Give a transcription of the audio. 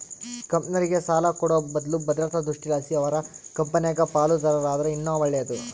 ಕಂಪೆನೇರ್ಗೆ ಸಾಲ ಕೊಡೋ ಬದ್ಲು ಭದ್ರತಾ ದೃಷ್ಟಿಲಾಸಿ ಅವರ ಕಂಪೆನಾಗ ಪಾಲುದಾರರಾದರ ಇನ್ನ ಒಳ್ಳೇದು